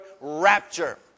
rapture